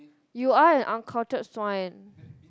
you are an uncultured swine